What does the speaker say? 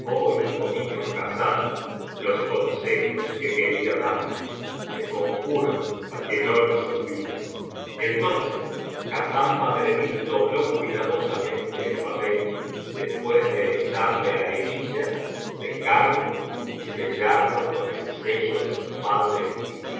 oh hijo mío hassán los consejos que quería darte te conjuro á que no los olvides entonces hassán badreddin dobló cuidadosamente el papel después de echarle arenilla secarlo y sellarlo con el sello de su padre el